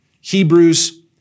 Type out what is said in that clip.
Hebrews